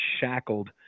Shackled